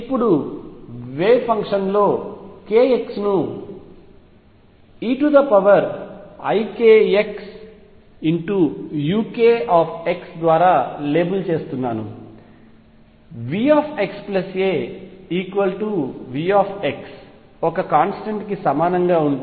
ఇప్పుడు wave function లో k x ను eikxuk ద్వారా లేబుల్ చేస్తున్నాను Vxa V ఒక కాంస్టెంట్ కి సమానంగా ఉంటే